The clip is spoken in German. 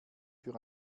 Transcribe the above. für